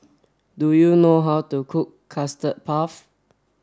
do you know how to cook custard puff